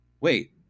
wait